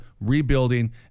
rebuilding